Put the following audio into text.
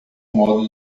modo